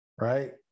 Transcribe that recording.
right